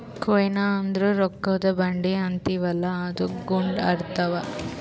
coin ಅಂದುರ್ ರೊಕ್ಕಾದು ಬಂದಿ ಅಂತೀವಿಯಲ್ಲ ಅದು ಗುಂಡ್ ಇರ್ತಾವ್